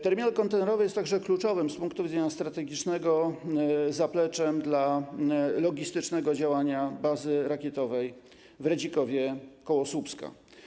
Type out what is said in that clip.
Terminal kontenerowy jest także kluczowym z punktu widzenia strategicznego zapleczem dla logistycznego działania bazy rakietowej w Redzikowie koło Słupska.